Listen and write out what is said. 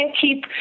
keep